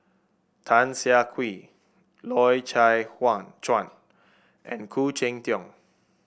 Tan Siah Kwee Loy Chye Chuan and Khoo Cheng Tiong